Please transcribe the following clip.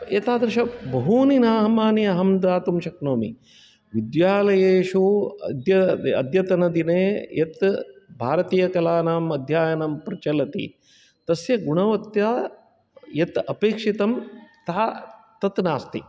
एतादृशबहूनि नामानि अहं दातुं शक्नोमि विद्यालयेषु अद्य अद्यतनदिने यत् भारतीयकलानाम् अध्ययनं प्रचलति तस्य गुणवत्या यत् अपेक्षितं तः तत् नास्ति